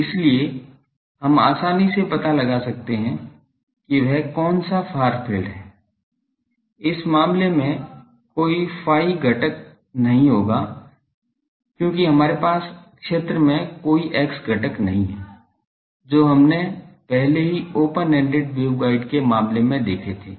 इसलिए हम आसानी से पता लगा सकते हैं कि वह कौन सा फार फील्ड है इस मामले में कोई phi घटक नहीं होगा क्योंकि हमारे पास क्षेत्र में कोई x घटक नहीं है जो हमनें पहले ही ओपन एंडेड वेवगाइड के मामले में देखे थे